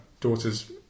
daughter's